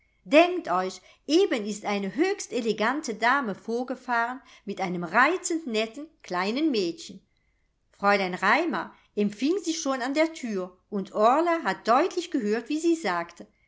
denkt euch eben ist eine höchst elegante dame vorgefahren mit einem reizend netten kleinen mädchen fräulein raimar empfing sie schon an der thür und orla hat deutlich gehört wie sie sagte